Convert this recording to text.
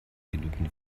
genügend